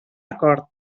acord